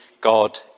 God